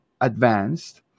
Advanced